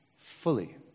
fully